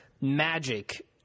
magic